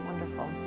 Wonderful